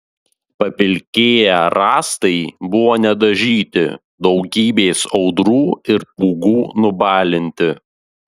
papilkėję rąstai buvo nedažyti daugybės audrų ir pūgų nubalinti